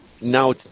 now